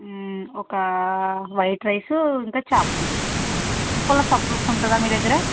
ఒక white rice ఇంకా చేప పులుసు పులస పులస ఉంటుందా మీ దగ్గర